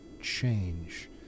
change